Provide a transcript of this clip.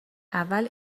اول